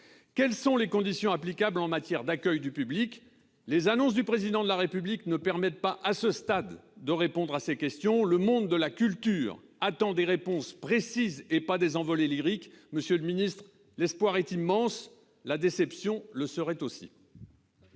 Quelles sont les conditions applicables en matière d'accueil du public ? À ce stade, les annonces du Président de la République ne permettent pas de répondre à ces questions. Le monde de la culture attend des réponses précises et pas des envolées lyriques. Monsieur le secrétaire d'État, l'espoir est immense, la déception le serait aussi.